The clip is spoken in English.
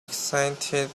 excited